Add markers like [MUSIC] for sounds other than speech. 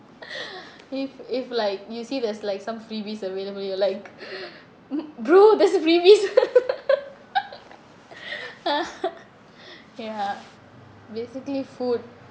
[BREATH] if if like you see there's like some freebies available you like [BREATH] mm bro there's a freebies [LAUGHS] !huh! [LAUGHS] ya basically food